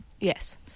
yes